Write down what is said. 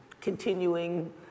continuing